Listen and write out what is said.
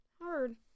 hard